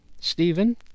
Stephen